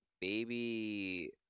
baby